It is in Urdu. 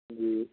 جی